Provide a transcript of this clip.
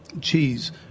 cheese